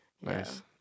nice